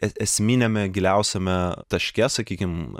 esminiame giliausiame taške sakykim